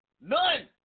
None